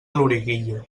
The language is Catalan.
loriguilla